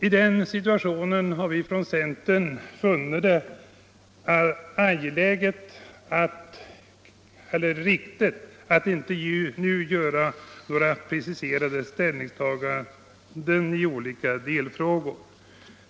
I den situationen har vi från centern funnit det riktigt att inte nu göra några preciserade ställningstaganden i olika delfrågor.